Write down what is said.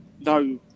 No